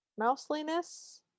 mouseliness